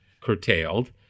curtailed